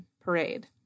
parade